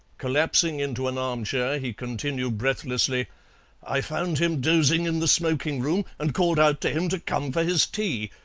collapsing into an armchair he continued breathlessly i found him dozing in the smoking-room, and called out to him to come for his tea.